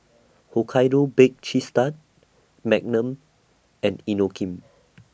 Hokkaido Baked Cheese Tart Magnum and Inokim